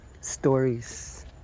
stories